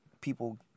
People